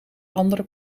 andere